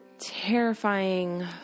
terrifying